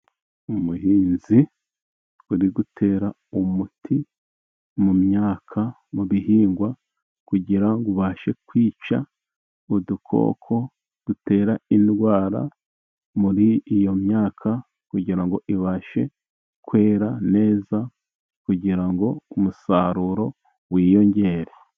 Umuhinzi uri gutera umuti mu myaka, mu bihingwa kugira ngo ubashe kwica udukoko dutera indwara muri iyo myaka kugira ngo ibashe kwera neza kugira ngo umusaruro wiyongere.